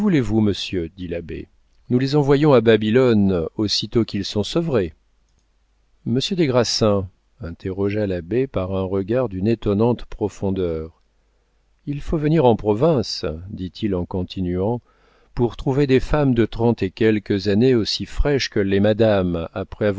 monsieur dit l'abbé nous les envoyons à babylone aussitôt qu'ils sont sevrés madame des grassins interrogea l'abbé par un regard d'une étonnante profondeur il faut venir en province dit-il en continuant pour trouver des femmes de trente et quelques années aussi fraîches que l'est madame